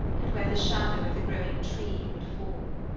and where the shadow of the growing tree would fall.